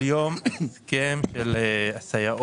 בסופו של יום ההסכם של הסייעות